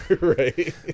right